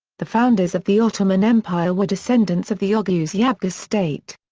the founders of the ottoman empire were descendants of the oguz yabgu state.